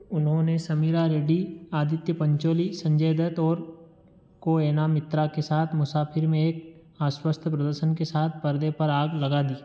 उन्होंने समीरा रेड्डी आदित्य पंचोली संजय दत्त और कोएना मित्रा के साथ मुसाफिर में एक आश्वस्त प्रदर्शन के साथ परदे पर आग लगा दी